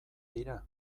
dira